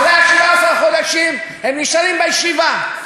אחרי 17 החודשים הם נשארים בישיבה,